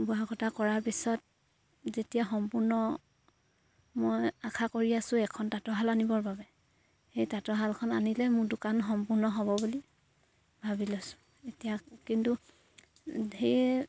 বোৱা কটা কৰাৰ পিছত যেতিয়া সম্পূৰ্ণ মই আশা কৰি আছোঁ এখন তাঁতৰ শাল আনিবৰ বাবে সেই তাঁতৰ শালখন আনিলে মোৰ দোকান সম্পূৰ্ণ হ'ব বুলি ভাবি লৈছোঁ এতিয়া কিন্তু সেয়ে